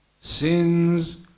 sins